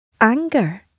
anger